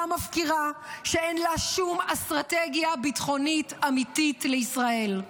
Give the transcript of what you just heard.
מפקירה שאין לה שום אסטרטגיה ביטחונית אמיתית לישראל,